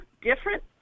different